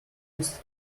list